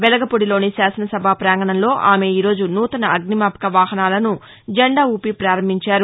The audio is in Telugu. వెలగపూడిలోని శాసన సభా పాంగణంలో ఆమె ఈరోజు నూతన అగ్నిమాపక వాహనాలను జెండా ఊపి ప్రారంభించారు